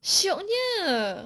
shioknya